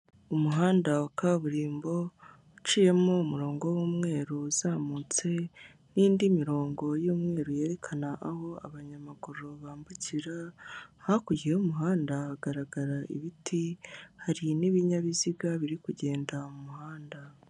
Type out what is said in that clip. Umuhanda wa kaburimbo uciyemo umurongo w'umweru uzamutse, n'indi mirongo y'umweru yerekana aho abanyamaguru bambukira hakurya y'umuhanda hagaragara ibiti, hari n'ibinyabiziga biri kugenda mu muhanda.